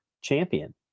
champion